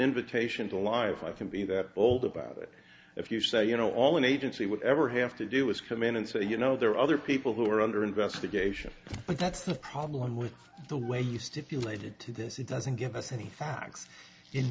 invitation to live can be that old about it if you say you know all an agency would ever have to do is come in and say you know there are other people who are under investigation but that's the problem with the way you stipulated to this it doesn't give us any facts in